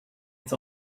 its